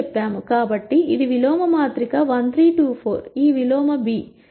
కాబట్టి ఇది విలోమ మాతృక 1 3 2 4 ఈ విలోమ బి